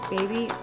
Baby